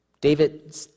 David